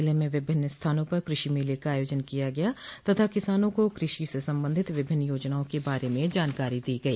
जिले में विभिन्न स्थानों पर कृषि मेले का आयोजन किया गया तथा किसानों को कृषि से संबंधित विभिन्न योजनाओं के बारे में जानकारी दी गई